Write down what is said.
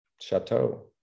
chateau